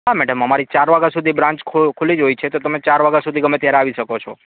હા મેડમ અમારી ચાર વાગ્યા સુધી બ્રાન્ચ ખુલ્લી જ હોય છે તો તમે ચાર વાગ્યા સુધી ગમે ત્યાર આવી શકો છો